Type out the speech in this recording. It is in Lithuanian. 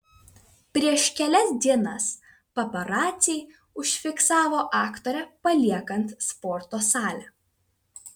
prieš kelias dienas paparaciai užfiksavo aktorę paliekant sporto salę